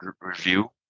review